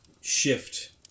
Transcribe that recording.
shift